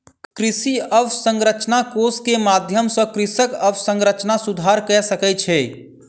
कृषि अवसंरचना कोष के माध्यम सॅ कृषक अवसंरचना सुधार कय सकै छै